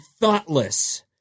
thoughtless